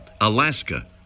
Alaska